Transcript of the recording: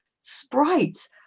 sprites